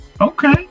Okay